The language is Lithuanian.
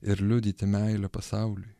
ir liudyti meilę pasauliui